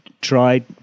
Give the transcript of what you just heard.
tried